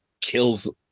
kills